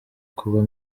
kuba